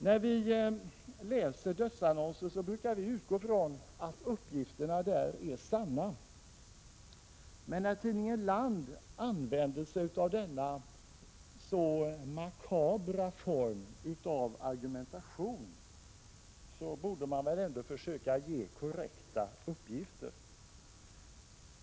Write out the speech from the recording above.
När vi läser dödsannonser brukar vi utgå från att uppgifterna är sanna. Men när tidningen Land använder sig av denna så makabra form av argumentation borde man ändå försöka ge korrekta uppgifter.